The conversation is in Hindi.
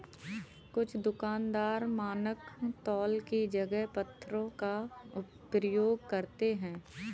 कुछ दुकानदार मानक तौल की जगह पत्थरों का प्रयोग करते हैं